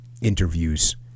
interviews